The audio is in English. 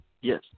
Yes